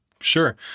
sure